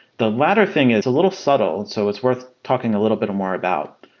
the latter thing is a little subtle, so it's worth talking a little bit more about.